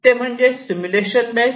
ते म्हणजे simulation base